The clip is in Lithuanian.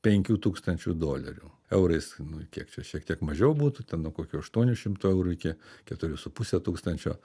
penkių tūkstančių dolerių eurais nu kiek čia šiek tiek mažiau būtų ten nuo kokių aštuonių šimtų eurų iki keturių su puse tūkstančio